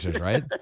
right